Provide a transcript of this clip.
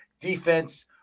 defense